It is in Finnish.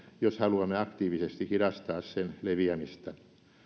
jos haluamme aktiivisesti hidastaa sen leviämistä